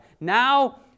Now